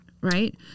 right